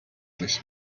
this